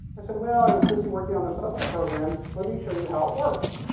i said, well, i was busy working on this other program, let me show you how it works.